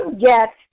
get